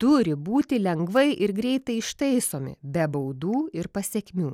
turi būti lengvai ir greitai ištaisomi be baudų ir pasekmių